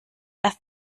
erst